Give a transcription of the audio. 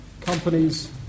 companies